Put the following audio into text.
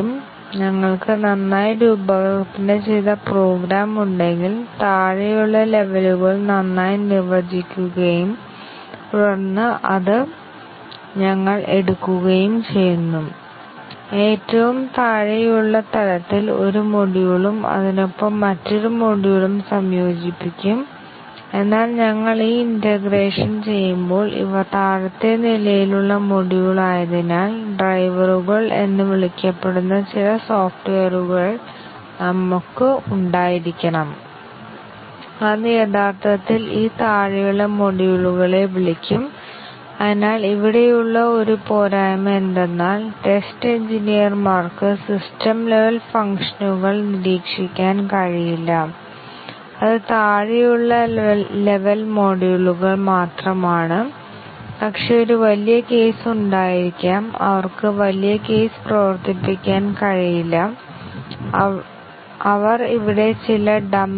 ഇപ്പോൾ ഞങ്ങൾക്ക് ഈ മ്യൂട്ടേറ്റഡ് പ്രോഗ്രാം ഉണ്ടെങ്കിൽ ഞങ്ങൾ ഞങ്ങളുടെ ടെസ്റ്റ് കേസുകൾ പ്രവർത്തിപ്പിക്കുകയും